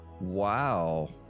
wow